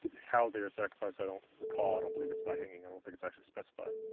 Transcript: how they are sacrificed i don't recall i don't believe it's by hanging i don't think it's actually specified.